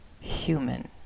human